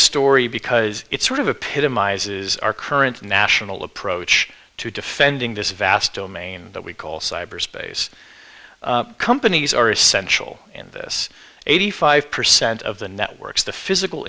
story because it's sort of a pit in my eyes is our current national approach to defending this vast domain that we call cyberspace companies are essential in this eighty five percent of the networks the physical